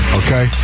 okay